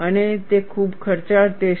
અને ખૂબ ખર્ચાળ ટેસ્ટ